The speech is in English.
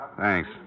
Thanks